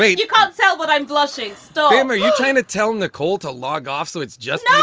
ah you can't tell what i'm blushing still. um are you trying to tell nicole to log off? so it's just